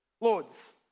Lords